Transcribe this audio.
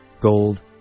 gold